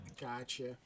Gotcha